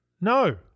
no